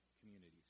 communities